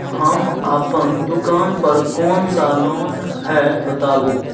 हम अपन दुकान पर कोन सा लोन हैं बताबू?